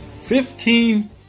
Fifteen